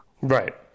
Right